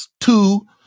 two